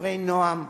בדברי נועם,